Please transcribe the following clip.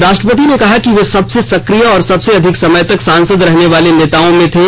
राष्ट्रपति ने कहा कि वे सबसे नरेन्द्र सक्रिय और सबसे अधिक समय तक सांसद रहने वाले नेताओं में थे